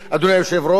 אדוני היושב-ראש,